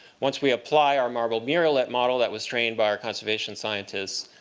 once we apply our marbled murrelet model that was trained by our conservation scientists,